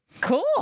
cool